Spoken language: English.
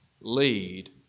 lead